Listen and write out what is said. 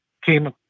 came